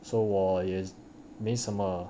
so 我也没什么